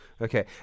Okay